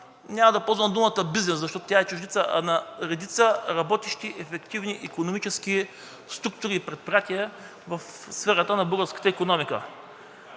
няма да ползвам думата „бизнес“, защото е чуждица, а на редица работещи ефективни икономически структури и предприятия в сферата на българската икономика.